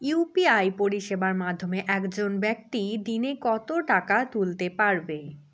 UPI পরিষেবার মাধ্যমে একজন ব্যাক্তি দিনে কত টাকা তুলতে পারবে?